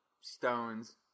stones